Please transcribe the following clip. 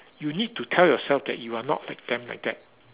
you need to tell yourself that you are not like them like that